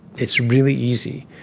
it's really easy,